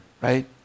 right